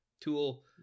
Tool